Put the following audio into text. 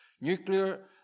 nuclear